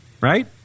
Right